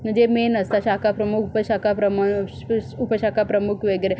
जे मेन असतात शाखा प्रमुख उपशाखाप्रमु उपशाखाप्रमुख वगैरे